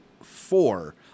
four